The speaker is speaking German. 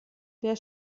der